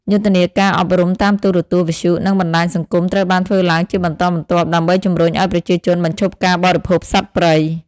យុទ្ធនាការអប់រំតាមទូរទស្សន៍ វិទ្យុ និងបណ្ដាញសង្គមត្រូវបានធ្វើឡើងជាបន្តបន្ទាប់ដើម្បីជំរុញឱ្យប្រជាជនបញ្ឈប់ការបរិភោគសត្វព្រៃ។